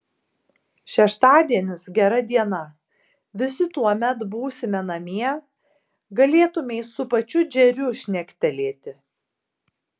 šeštadienis gera diena visi tuomet būsime namie galėtumei su pačiu džeriu šnektelėti